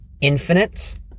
Infinite